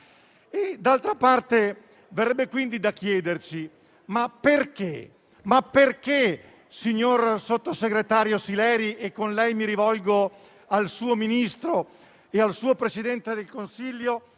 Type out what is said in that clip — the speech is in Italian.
D'altra parte, verrebbe da chiedersi, signor sottosegretario Sileri - e con lei mi rivolgo al suo Ministro e al suo Presidente del Consiglio